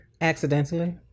accidentally